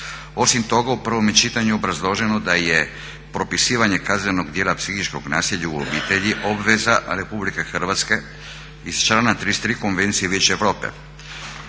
Osim toga u prvome čitanju obrazloženo je da je propisivanje kaznenog djela psihičkog nasilja u obitelji obveza RH iz člana 33. Konvencija Vijeća europe